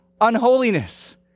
unholiness